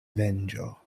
venĝo